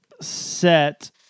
set